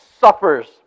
suffers